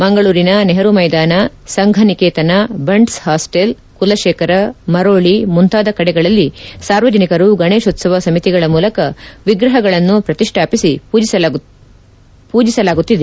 ಮಂಗಳೂರಿನ ನೆಹರು ಮೈದಾನ ಸಂಘನೀಕೇತನ ಬಂಟ್ಸ್ ಹಾಸ್ಲೆಲ್ ಕುಲಶೇಕರ ಮರೋಳಿ ಮುಂತಾದ ಕಡೆಗಳಲ್ಲಿ ಸಾರ್ವಜನಿಕರು ಗಣೇಶೋತ್ನವ ಸಮಿತಿಗಳ ಮೂಲಕ ವಿಗ್ರಹಗಳನ್ನು ಪ್ರತಿಷ್ಠಾಪಿಸಿ ಪೂಜಿಸಲಾಗುತ್ತಿದೆ